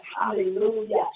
hallelujah